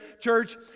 church